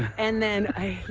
and then,